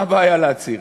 מה הבעיה להצהיר?